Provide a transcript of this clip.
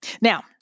Now